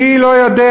מי לא יודע,